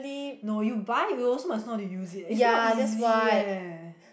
no you buy you also must know how to use it eh is not easy eh